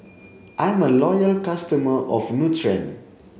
I'm a loyal customer of Nutren